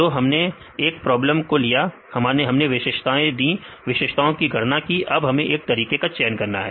जो हमने एक प्रॉब्लम को लिया हमने विशेषताएं दी विशेषताओं की गणना की अब हमें एक तरीके का चयन करना है